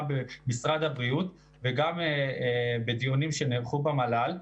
גם במשרד הבריאות וגם בדיונים שנערכו במל"ל.